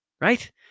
Right